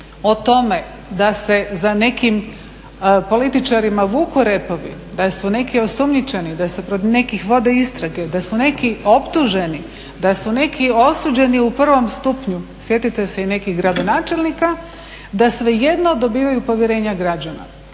o tome da se za nekim političarima vuku repovi, da su neki osumnjičeni, da se kod nekih vode istrage, da su neki optuženi, da su neki osuđeni u prvom stupnju, sjetite se i nekih gradonačelnika da svejedno dobivaju povjerenja građana.